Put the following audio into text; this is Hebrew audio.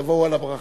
ותבואו על הברכה.